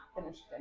finished